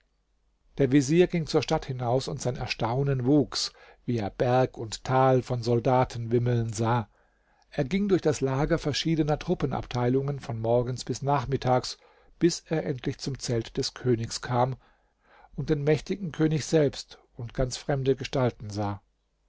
der vezier ging zur stadt hinaus und sein erstaunen wuchs wie er berg und tal von soldaten wimmeln sah er ging durch das lager verschiedener truppenabteilungen von morgens bis nachmittags bis er endlich zum zelt des königs kam und den mächtigen könig selbst und ganz fremde gestalten sah